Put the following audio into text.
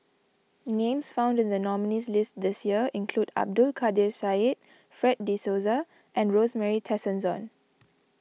names found in the nominees' list this year include Abdul Kadir Syed Fred De Souza and Rosemary Tessensohn